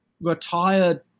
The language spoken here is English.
retired